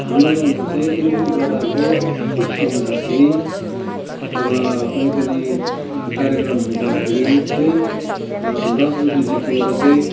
हाम्रो गाउँमा चाहिँ कुनैपनि प्रकारको उत्सव हुँदाखेरि अथवा कुनैपनि कार्यक्रम हुँदाखेरि चाहिँ दस बजीदेखि उता चाहिँ